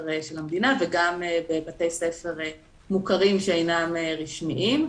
זאת אומרת: בתי ספר של המדינה וגם בבתי ספר מוכרים שאינם רשמיים.